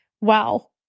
wow